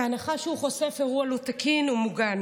בהנחה שהוא חושף אירוע לא תקין, הוא מוגן